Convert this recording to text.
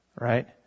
Right